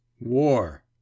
War